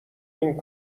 این